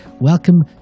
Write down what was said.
welcome